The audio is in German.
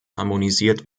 harmonisiert